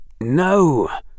No